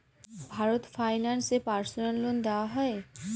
Bharat finance এ personal loan দেওয়া হয়?